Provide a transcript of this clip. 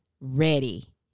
Ready